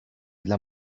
dla